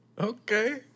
Okay